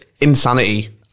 insanity